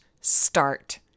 start